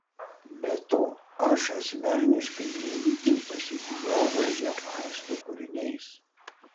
be to aš asmeniškai ne itin pasiklioviau hefaisto kūriniais